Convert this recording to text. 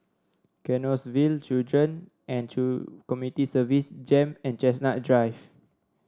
Canossaville Children and Community Services JEM and Chestnut Drive